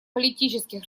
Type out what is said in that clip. политических